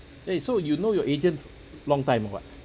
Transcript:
eh so you know your agent f~ long time or what